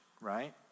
right